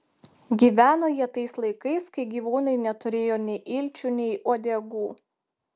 gyveno jie tais laikais kai gyvūnai neturėjo nei ilčių nei uodegų